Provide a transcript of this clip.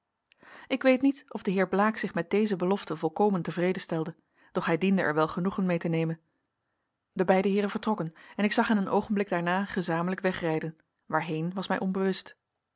ik weet niet of de heer blaek zich met deze belofte volkomen tevreden stelde doch hij diende er wel genoegen mede te nemen de beide heeren vertrokken en ik zag hen een oogenblik daarna gezamenlijk wegrijden waarheen was mij onbewust